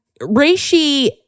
reishi